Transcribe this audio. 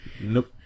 Nope